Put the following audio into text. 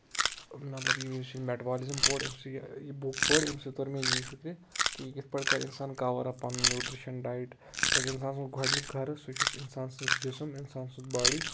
مطلب یُس یہِ میٹابولزم پوٚر امہِ سۭتۍ یہِ پٔر اَمہِ سۭتۍ تور مےٚ یی فِکرِ کہِ یہِ کِتھ پٲٹھۍ کرِ اِنسان کَوَر اَپ پَنُن نیوٗٹرشن ڈایِٹ کیازِ اِنسان سُنٛد گۄڈٕنیُک غرٕض سُہ چھُس اِنسان سُنٛد جِسم اِنسان سٕنٛز باڈی تہٕ